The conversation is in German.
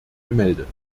gemeldet